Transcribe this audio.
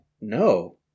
No